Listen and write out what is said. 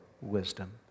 wisdom